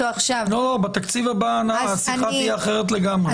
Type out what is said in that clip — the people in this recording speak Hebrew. בתקציב הבא השיחה תהיה אחרת לגמרי.